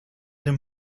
him